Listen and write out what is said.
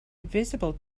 visible